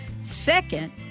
Second